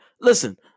listen